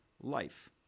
life